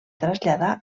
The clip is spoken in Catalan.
traslladar